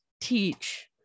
teach